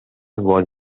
was